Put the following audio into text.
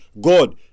God